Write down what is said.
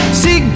see